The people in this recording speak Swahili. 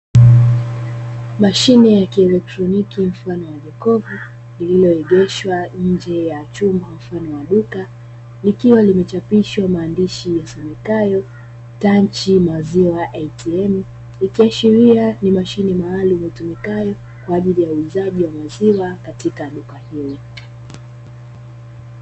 Mashine ya kielektroniki mfano wa jokofu lililoegeshwa nje ya chumba mfano wa duka, likiwa limechapishwa maandishi ya somekayo "Tanchi maziwa ATM' ikiashiria ni mashine maalumu itumikayo kwa ajili ya uuzaji wa maziwa katika duka hilo.